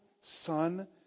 Son